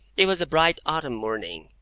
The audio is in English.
it was a bright autumn morning,